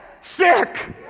sick